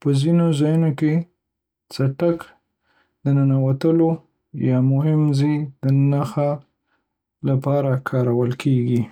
په ځینو ځایونو کې څټک د ننوتلو یا مهم ځای د نښې لپاره کارول کېږي.